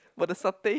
but the satay